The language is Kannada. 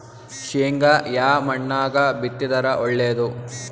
ಶೇಂಗಾ ಯಾ ಮಣ್ಣಾಗ ಬಿತ್ತಿದರ ಒಳ್ಳೇದು?